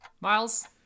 Miles